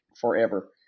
forever